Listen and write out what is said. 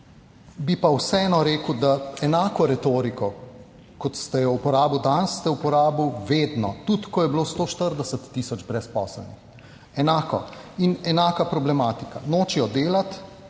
Bi pa vseeno rekel, da ste enako retoriko, kot ste jo uporabili danes, uporabili vedno, tudi ko je bilo 140 tisoč brezposelnih. Enako. In enaka problematika: nočejo delati,